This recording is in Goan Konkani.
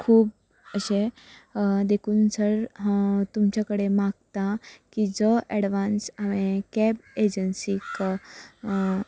खूब अशें देखून सर हांव तुमचे कडेन मागतां की जो अेडवांस हांवें कॅब एजन्सीक